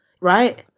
right